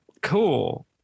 cool